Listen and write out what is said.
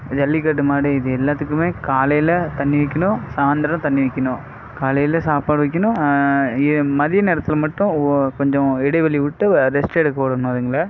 ஜல்லிக்கட்டு மாடு இது எல்லாத்துக்கும் காலையில் தண்ணிர் வைக்கணும் சாந்தரம் தண்ணி வைக்கணும் காலையில் சாப்பாடு வைக்கணும் மதிய நேரத்தில் மட்டும் கொஞ்சம் இடைவெளி விட்டு ரெஸ்ட் எடுக்க விடணும் அதுங்களை